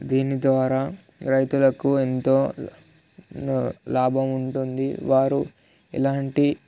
దీని ద్వారా రైతులకు ఎంతో లాభం ఉంటుంది వారు ఎలాంటి